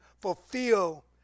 fulfill